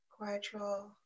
gradual